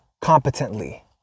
competently